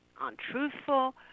untruthful